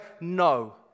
no